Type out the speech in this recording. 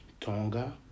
Tonga